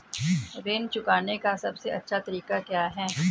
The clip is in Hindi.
ऋण चुकाने का सबसे अच्छा तरीका क्या है?